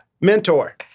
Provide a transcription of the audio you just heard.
Mentor